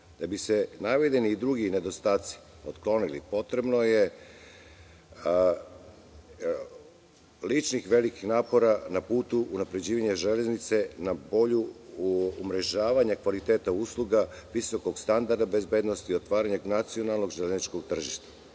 Da bi se navedeni drugi nedostaci otklonili potrebno je ličnih velikih napora na putu unapređivanja Železnice na bolje umrežavanje kvaliteta usluga visokog standarda bezbednosti i otvaranja nacionalnog železničkog tržišta. Kao